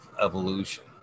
evolution